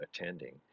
attending